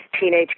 teenage